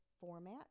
format